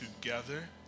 together